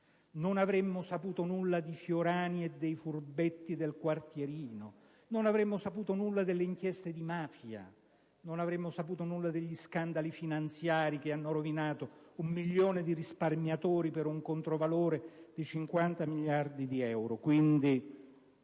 non avremmo saputo nulla di Fiorani e dei cosiddetti furbetti del quartierino; non avremmo saputo nulla delle inchieste di mafia e degli scandali finanziari che hanno rovinato un milione di risparmiatori per un controvalore di 50 miliardi di euro.